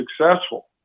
successful